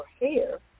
hair